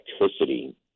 electricity